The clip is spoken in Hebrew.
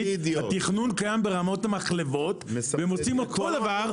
התכנון הוא ברמת המחלבות והם עושים אותו דבר,